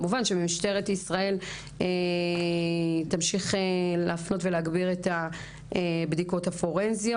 כמובן שמשטרת ישראל תמשיך להפנות ולהגביר את הבדיקות הפורנזיות.